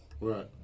Right